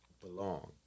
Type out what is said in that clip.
belong